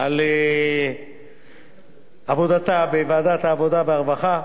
על עבודתה בוועדת העבודה והרווחה,